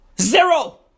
Zero